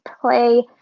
play